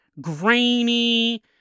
grainy